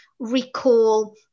recall